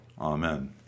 Amen